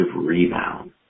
rebound